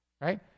right